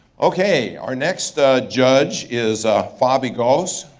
okay, our next judge is ah feby goss.